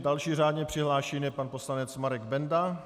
Další řádně přihlášený je pan poslanec Marek Benda.